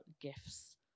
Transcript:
gifts